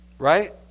right